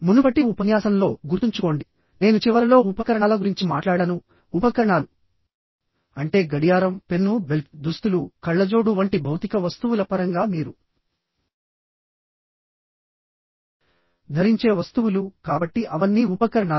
మునుపటి ఉపన్యాసంలో గుర్తుంచుకోండి నేను చివరలో ఉపకరణాల గురించి మాట్లాడాను ఉపకరణాలు అంటే గడియారంపెన్ను బెల్ట్ దుస్తులు కళ్ళజోడు వంటి భౌతిక వస్తువుల పరంగా మీరు ధరించే వస్తువులు కాబట్టి అవన్నీ ఉపకరణాలు